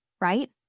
right